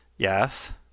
Yes